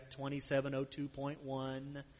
2702.1